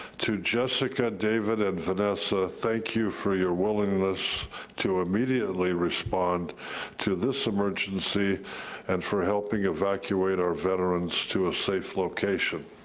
to jessica, david and vanessa, thank you for your willingness to immediately respond to this emergency and for helping evacuate our veterans to a safe location.